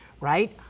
right